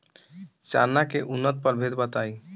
चना के उन्नत प्रभेद बताई?